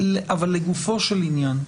לגופו של עניין,